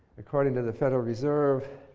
according to the federal reserve,